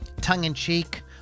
tongue-in-cheek